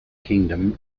kingdom